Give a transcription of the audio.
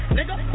Nigga